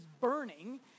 burning